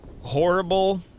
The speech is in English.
Horrible